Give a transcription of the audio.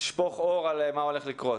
בבקשה תשפוך אור על מה הולך לקרות.